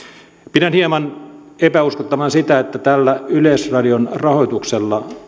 pidän hieman epäuskottavana sitä että tällä yleisradion rahoituksella